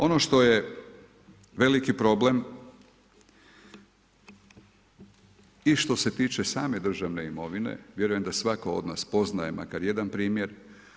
Ono što je veliki problem i što se tiče same državne imovine, vjerujem da svatko od nas poznaje makar jedan primjer.